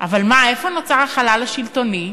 אבל מה, איפה נוצר החלל השלטוני?